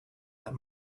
that